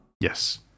Yes